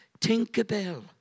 Tinkerbell